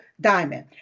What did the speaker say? diamond